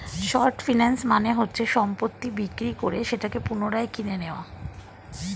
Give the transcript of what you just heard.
short finance মানে হচ্ছে সম্পত্তি বিক্রি করে সেটাকে পুনরায় কিনে নেয়া